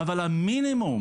אבל המינימום